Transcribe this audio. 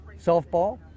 softball